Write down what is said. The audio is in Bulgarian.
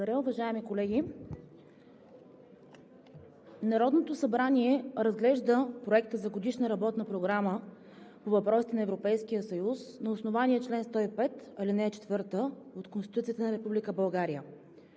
Благодаря. Уважаеми колеги, Народното събрание разглежда Проекта за Годишна работна програма по въпросите на Европейския съюз на основание чл. 105, ал. 4 от Конституцията на